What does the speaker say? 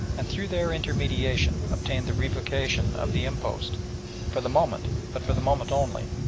and through their intermediation obtained the revocation of the impost for the moment, but for the moment only,